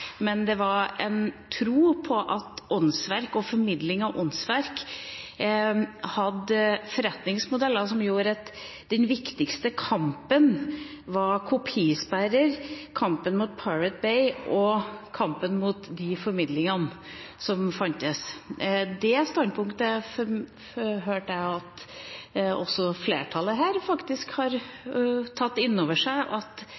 men det var en tro på at åndsverk og formidling av åndsverk hadde forretningsmodeller som gjorde at den viktigste kampen var kopisperrer, kampen mot The Pirate Bay og kampen mot de måtene å formidle på som fantes. Det standpunktet har jeg hørt at faktisk også flertallet her har tatt inn over seg, at